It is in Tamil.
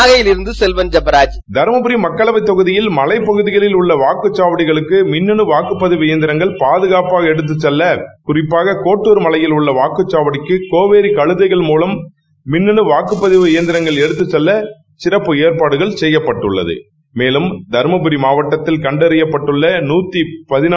நாகையிலிருந்து செல்வன் ஜெபராஜ் தருமபுரி மக்களவைத் ஜெகுதியில் மலைப்பகுதிகளில் உள்ள வாக்குச்சாவடிகளுக்கு மின்னனு வாக்குப்பதிவு இயந்திர்ங்கள் பாதகாப்பாக எடுத்துச் செல்ல குறிப்பாக கோட்டூர் மலையில் உள்ள வாக்குச்சாவடிக்கு கோவேரி கமுதைகள் மூலம் மின்னணு வாக்குப்பதிவு இயந்திர் ங்கள் எடுத்து செல்ல சிறப்பு ஏற்பாடுகள் செப்யப்பட்டுள்ளது மேலும் தருமபரி மாவட்டத்தில் கண்டறிபட்டட்டுள்ளன